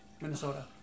minnesota